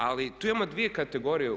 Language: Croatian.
Ali tu imamo dvije kategorije.